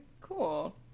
Cool